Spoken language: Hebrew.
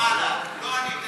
לא ענית לי,